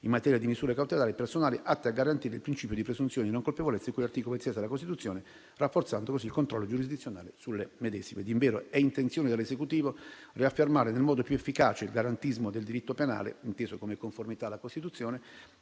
in materia di misure cautelari e personali, atte a garantire il principio di presunzione di non colpevolezza, di cui all'articolo 27 della Costituzione, rafforzando così il controllo giurisdizionale sulle medesime. Invero è intenzione dell'Esecutivo riaffermare nel modo più efficace il garantismo del diritto penale, inteso come conformità alla Costituzione,